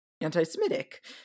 anti-Semitic